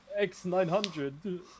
X900